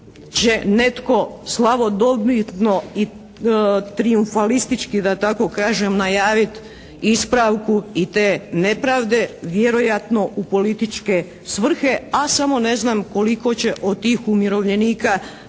će netko slavodobitno i trijumfalistički da tako kažem najavit ispravku i te nepravde vjerojatno u političke svrhe, a samo ne znam koliko će od tih umirovljenika